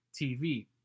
TV